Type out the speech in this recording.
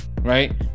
right